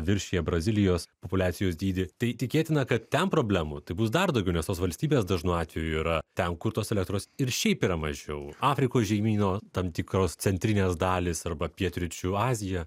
viršija brazilijos populiacijos dydį tai tikėtina kad ten problemų tai bus dar daugiau nes tos valstybės dažnu atveju yra ten kur tos elektros ir šiaip yra mažiau afrikos žemyno tam tikros centrinės dalys arba pietryčių azija